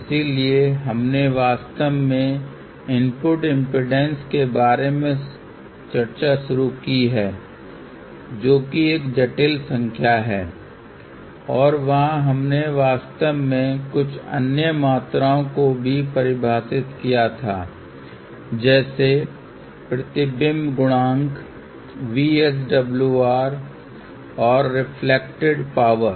इसलिए हमने वास्तव में इनपुट इम्पीडेन्स के बारे में चर्चा शुरू की है जोकि एक जटिल संख्या है और वहां हमने वास्तव में कुछ अन्य मात्राओं को भी परिभाषित किया था जैसे प्रतिबिंब गुणांक VSWR और रिफ्लेक्टेड पावर